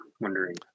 wondering